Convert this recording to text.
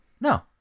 No